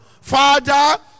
Father